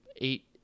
Eight